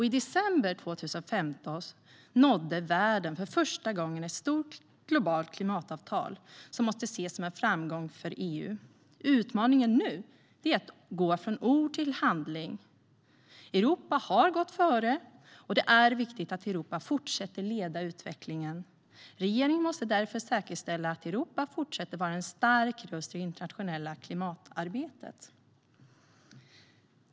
I december 2015 nådde världen för första gången ett stort globalt klimatavtal som måste ses som en framgång för EU. Utmaningen nu är att gå från ord till handling. Europa har gått före, och det är viktigt att Europa fortsätter att leda utvecklingen. Regeringen måste därför säkerställa att Europa fortsätter att vara en stark röst i det internationella klimatarbetet.